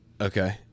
Okay